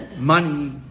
money